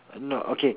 no okay